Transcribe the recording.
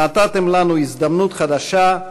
נתתם לנו הזדמנות חדשה,